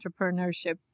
entrepreneurship